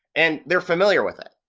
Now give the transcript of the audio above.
and they're familiar with it.